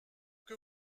que